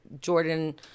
Jordan